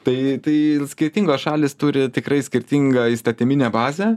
tai tai skirtingos šalys turi tikrai skirtingą įstatyminę bazę